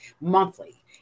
Monthly